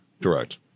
correct